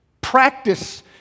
practice